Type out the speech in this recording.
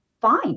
fine